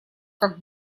как